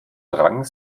drang